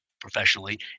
professionally